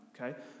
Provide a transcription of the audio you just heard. okay